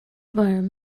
worm